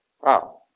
Wow